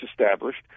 established